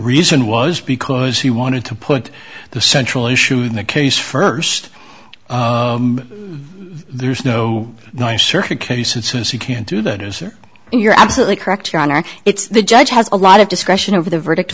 reason was because he wanted to put the central issue in the case first there's no nicer case and since you can't do that as you're absolutely correct your honor it's the judge has a lot of discretion over the verdict